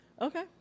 Okay